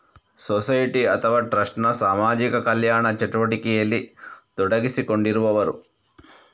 society ಅಥವಾ trust ನ ಸಾಮಾಜಿಕ ಕಲ್ಯಾಣ ಚಟುವಟಿಕೆಯಲ್ಲಿ ತೊಡಗಿಸಿಕೊಂಡಿರುವವರು